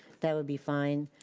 that would be fine,